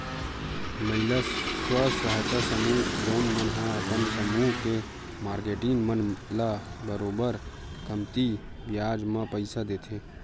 महिला स्व सहायता समूह जउन मन ह अपन समूह के मारकेटिंग मन ल बरोबर कमती बियाज म पइसा देथे